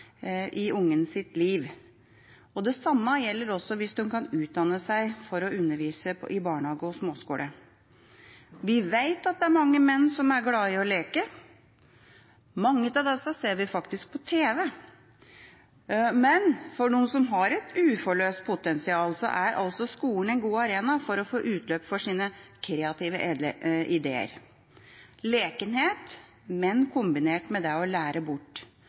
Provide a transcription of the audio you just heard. i ungens liv. Det samme gjelder hvis en kan utdanne seg for å undervise i barnehage og på småskolen. Vi vet det er mange menn som er glade i å leke. Mange av disse ser vi faktisk på tv. Men for dem som har et uforløst potensial, er skolen en god arena for å få utløp for sine kreative ideer: lekenhet, men kombinert med det å lære bort,